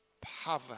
power